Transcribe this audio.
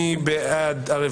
רביזיה על 44. מי בעד?